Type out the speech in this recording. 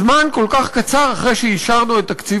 זמן כל כך קצר אחרי שאישרנו את תקציב